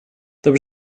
there